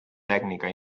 tècnica